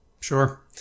Sure